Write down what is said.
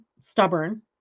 stubborn